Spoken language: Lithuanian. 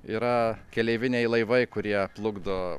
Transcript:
yra keleiviniai laivai kurie plukdo